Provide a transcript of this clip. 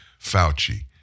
Fauci